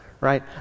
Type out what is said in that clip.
Right